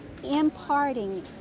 Imparting